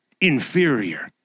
Inferior